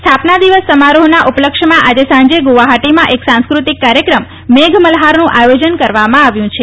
સ્થાપના દિવસ સમારોહના ઉપલક્ષમાં આજે સાંજે ગુવાહાટીમાં એક સાંસ્કૃતિક કાર્યક્રમ મેઘ મલ્હારનું આયોજન કરવામાં આવ્યું છે